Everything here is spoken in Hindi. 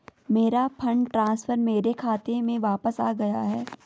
मेरा फंड ट्रांसफर मेरे खाते में वापस आ गया है